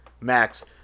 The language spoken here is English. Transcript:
Max